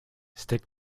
stick